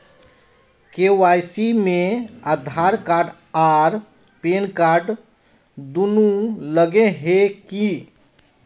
KYC में Aadhaar card आर pan card दुनू लगे है की?